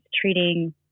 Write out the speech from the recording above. treating